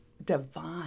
divine